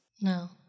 No